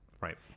Right